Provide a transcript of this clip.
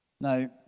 Now